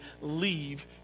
leave